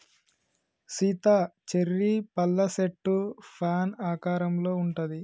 Sita cherry పళ్ళ సెట్టు fan ఆకారంలో ఉంటది